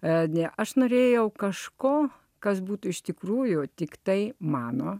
edi aš norėjau kažko kas būtų iš tikrųjų tiktai mano